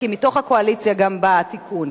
כי מתוך הקואליציה גם בא התיקון.